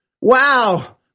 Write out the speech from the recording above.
Wow